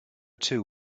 two